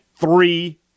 three